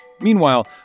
Meanwhile